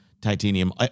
titanium